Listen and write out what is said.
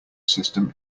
system